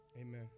Amen